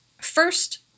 First